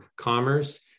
commerce